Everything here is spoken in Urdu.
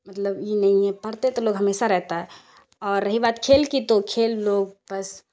مطلب یہ نہیں ہے پڑھتے تو لوگ ہمیشہ رہتا ہے اور رہی بات کھیل کی تو کھیل لوگ بس